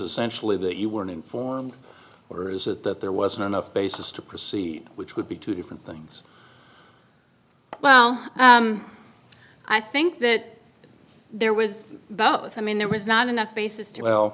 essentially that you weren't informed or is it that there wasn't enough basis to proceed which would be two different things well i think that there was both i mean there was not enough basis to well